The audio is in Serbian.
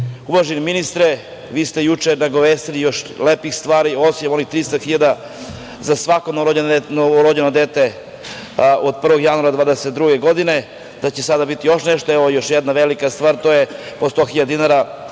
Uvaženi ministre, vi ste juče nagovestili još lepih stvari osim onih 300.000 hiljada za svako novorođeno dete od 1. januara 2022. godine, da će sada biti još nešto. Evo, još jedna velika stvar, to je po 100.000 dinara